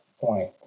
point